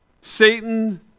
Satan